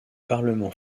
parlement